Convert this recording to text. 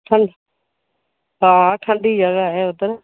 हांजी हां ठण्डी जगहा ऐ उद्धर